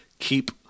keep